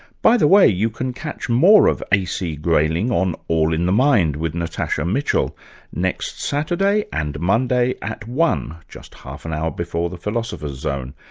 by the way you can catch more of ac grayling on all in the mind with natasha mitchell next saturday and monday at one, just half an hour before the philosopher's zone.